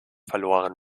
verloren